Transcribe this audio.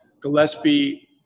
Gillespie